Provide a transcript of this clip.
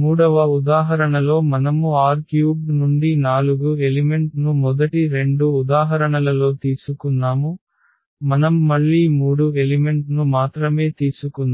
మూడవ ఉదాహరణలో మనము R³ నుండి నాలుగు ఎలిమెంట్ ను మొదటి రెండు ఉదాహరణలలో తీసుకున్నాము మనం మళ్ళీ మూడు ఎలిమెంట్ ను మాత్రమే తీసుకున్నాము